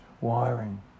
wiring